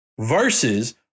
versus